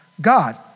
God